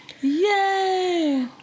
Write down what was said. Yay